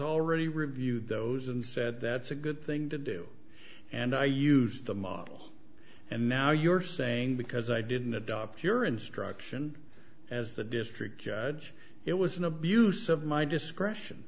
already reviewed those and said that's a good thing to do and i used the model and now you're saying because i didn't adopt your instruction as the district judge it was an abuse of my discretion